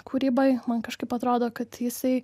kūryboj man kažkaip atrodo kad jisai